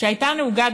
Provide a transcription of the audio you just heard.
שהייתה נהוגה,